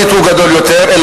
גדול יותר מספרית,